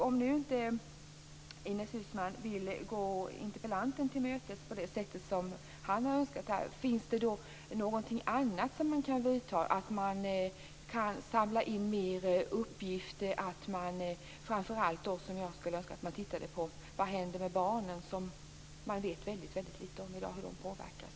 Om nu inte Ines Uusmann vill gå interpellanten till mötes på det sätt som han önskat, undrar jag om det finns något annat man kan göra. Kan man samla in mer uppgifter? Jag skulle önska att man framför allt tittade närmare på vad som händer med barnen. I dag vet vi väldigt litet om hur de påverkas.